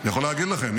-- אני יכול להגיד לכם,